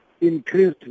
increased